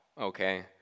okay